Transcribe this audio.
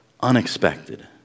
unexpected